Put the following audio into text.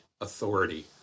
authority